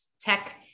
tech